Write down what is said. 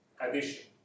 addition